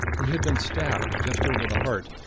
he had been stabbed just over the heart,